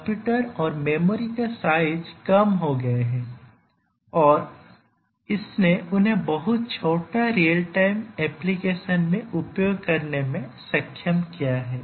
computer और memory का size कम हो गया है और इसने उन्हें बहुत छोटा रियल टाइम एप्लीकेशन में उपयोग करने में सक्षम किया है